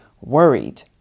worried